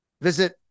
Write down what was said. Visit